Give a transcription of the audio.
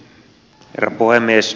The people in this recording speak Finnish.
herra puhemies